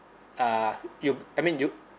uh you I mean you